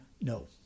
no